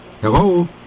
Hello